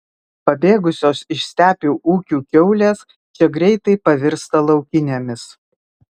pabėgusios iš stepių ūkių kiaulės čia greitai pavirsta laukinėmis